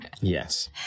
Yes